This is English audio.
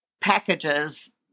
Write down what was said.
packages